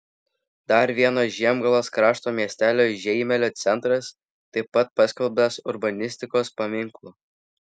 dar vieno žiemgalos krašto miestelio žeimelio centras taip pat paskelbtas urbanistikos paminklu